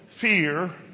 fear